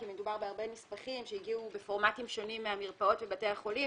כי מדובר בהרבה נספחים שהגיעו בפורמטים שונים מהמרפאות ובתי החולים.